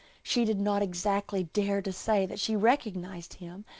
she did not exactly dare to say that she recognized him,